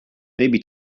maybe